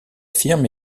firme